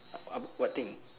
what thing